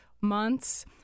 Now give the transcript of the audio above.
months